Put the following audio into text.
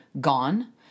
gone